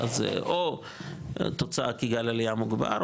אז זה או תוצאה כי גל עלייה מוגבר,